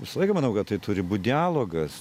visą laiką manau kad tai turi būt dialogas